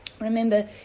Remember